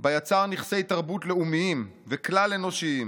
בה יצר נכסי תרבות לאומיים וכלל אנושיים,